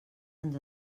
ens